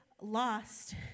lost